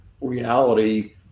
reality